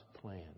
plan